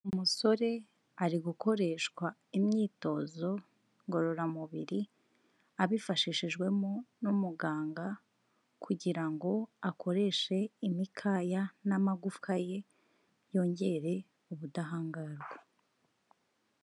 Umusore ari gukoreshwa imyitozo ngororamubiri abifashishijwemo n'umuganga, kugira ngo akoreshe imikaya n'amagufwa ye yongere ubudahangarwa.